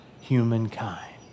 humankind